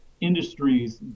industries